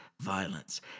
violence